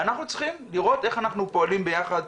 ואנחנו צריכים לראות איך אנחנו פועלים ביחד,